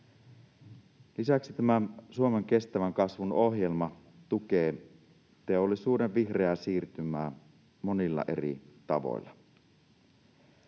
Lisäksi Suomen kestävän kasvun ohjelma tukee teollisuuden vihreää siirtymää monilla eri tavoilla.